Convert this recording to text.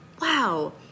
wow